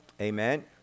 Amen